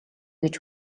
гэж